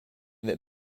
that